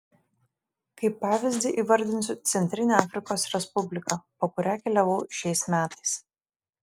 kaip pavyzdį įvardinsiu centrinę afrikos respubliką po kurią keliavau šiais metais